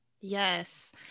Yes